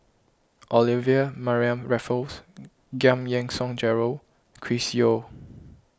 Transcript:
Olivia Mariamne Raffles Giam Yean Song Gerald Chris Yeo